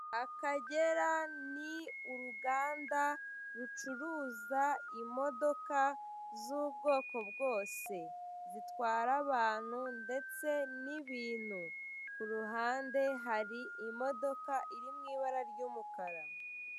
Akagera ni uruganda rucuruza imodoka z'ubwoko bwose zitwara abantu ndetse n'ibintu. Ku ruhande hari imodoka iri mu ibara ry'umukara.